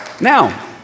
Now